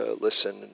listen